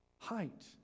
Height